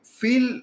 feel